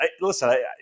listen